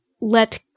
let